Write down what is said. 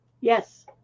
Yes